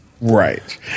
Right